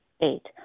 Eight